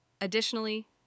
Additionally